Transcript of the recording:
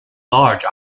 large